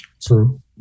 True